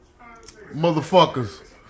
Motherfuckers